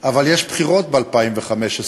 אבל יש בחירות ב-2015,